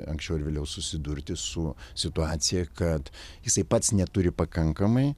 anksčiau ar vėliau susidurti su situacija kad jisai pats neturi pakankamai